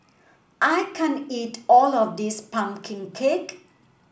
I can't eat all of this pumpkin cake